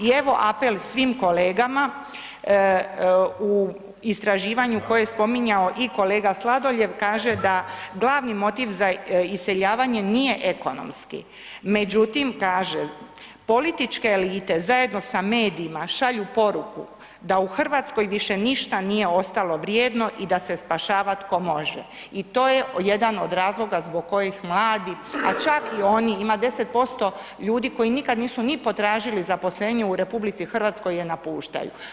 I evo, apel svim kolegama, u istraživanju koje je spominjao i kolega Sladoljev, kaže da glavni motiv za iseljavanje nije ekonomski, međutim kaže, političke elite zajedno sa medijima šalju poruku da u Hrvatskoj više ništa nije ostalo vrijedno i da se spašava tko može i to je jedan od razloga zbog kojih mladi, pa čak i oni, oni ima 10% ljudi koji nikad nisu ni potražili zaposlenje u RH je napuštaju.